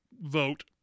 vote